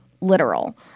literal